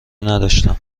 نداشتم